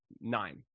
nine